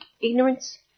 ignorance